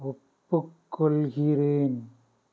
ஒப்புக்கொள்கிறேன்